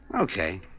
Okay